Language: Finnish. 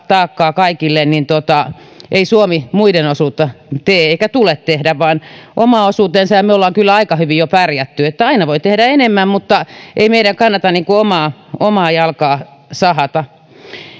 taakkaa kaikille niin ei suomi muiden osuutta tee eikä sen tule tehdä vaan oma osuutensa ja ja me olemme kyllä aika hyvin jo pärjänneet aina voi tehdä enemmän mutta ei meidän kannata omaa omaa jalkaamme sahata